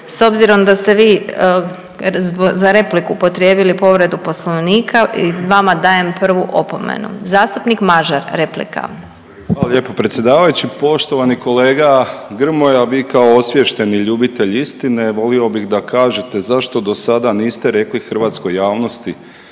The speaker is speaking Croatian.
S obzirom da ste vi za repliku upotrijebili povredu Poslovnika, vama dajem prvu opomenu. Zastupnik Mažar replika. **Mažar, Nikola (HDZ)** Hvala lijepo predsjedavajuća. Poštovani kolega Grmoja vi kao osviješteni ljubitelj istine, volio bih da kažete zašto do sada niste rekli hrvatskoj javnosti